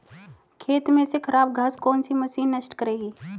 खेत में से खराब घास को कौन सी मशीन नष्ट करेगी?